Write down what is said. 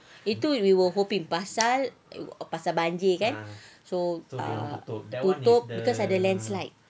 itu we were hoping pasal banjir kan so tutup because ada land slide